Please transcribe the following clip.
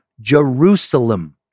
Jerusalem